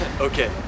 Okay